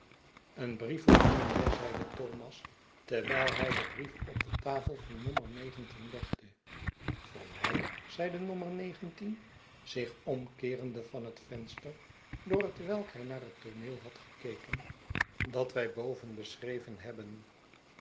een brief voor u mijnheer zeide thomas terwijl hij den brief op de tafel van nommer negentien legde voor mij zeide nommer negentien zich omkeerende van het venster door hetwelk hij naar het tooneel had gekeken dat wij boven beschreven hebben